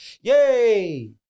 yay